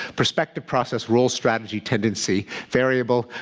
perspective, process, rule, strategy, tendency, variable.